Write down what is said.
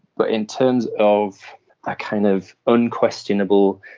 but in terms of a kind of unquestionable,